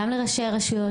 גם לראשי הרשויות,